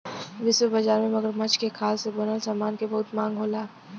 विश्व बाजार में मगरमच्छ के खाल से बनल समान के बहुत मांग होला